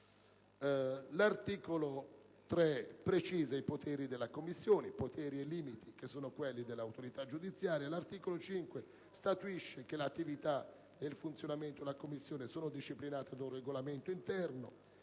L'articolo 3 precisa i poteri e i limiti della Commissione, che sono quelli dell'autorità giudiziaria, mentre l'articolo 5 statuisce che l'attività e il funzionamento della Commissione sono disciplinati da un regolamento interno.